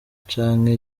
canke